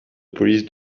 police